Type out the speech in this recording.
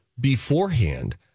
beforehand